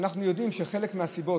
אנחנו יודעים שחלק מהסיבות,